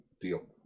Deal